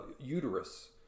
uterus